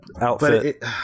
outfit